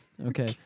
Okay